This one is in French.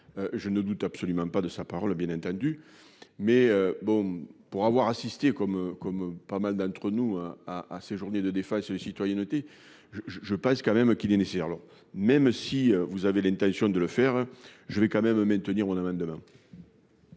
Je ne doute absolument pas de sa parole bien entendu mais bon pour avoir assisté comme comme pas mal d'entre nous a a séjourné 2 défaillent seule citoyenneté je je je pense quand même qu'il est nécessaire même si vous avez l'intention de le faire, je vais quand même maintenir on amène demain.